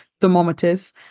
thermometers